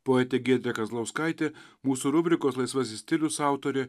poetė giedrė kazlauskaitė mūsų rubrikos laisvasis stilius autorė